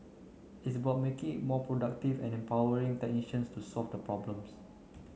it's about making it more productive and empowering technicians to solve the problems